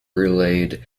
relayed